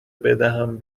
بدهم